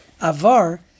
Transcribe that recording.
Avar